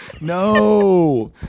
No